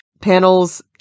panels